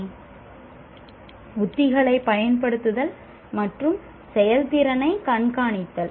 " உத்திகளைப் பயன்படுத்துதல் மற்றும் செயல்திறனைக் கண்காணித்தல்